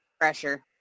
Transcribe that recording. pressure